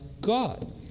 God